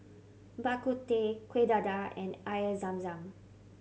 Bak Kut Teh Kuih Dadar and Air Zam Zam